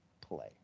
Play